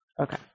Okay